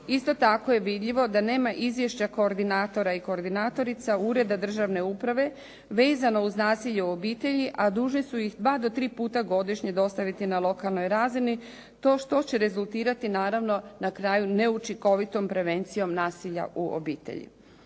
Isto tako je vidljivo da nema izvješća koordinatora i koordinatorica, Ureda državne uprave vezano uz nasilje u obitelji a dužni su ih dva do tri puta godišnje dostaviti na lokalnoj razini, što će rezultirati naravno na kraju neučinkovitom prevencijom nasilja u obitelji.